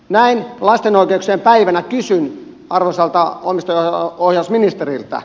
näin lapsen oikeuksien päivänä kysyn arvoisalta omistajaohjausministeriltä